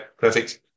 Perfect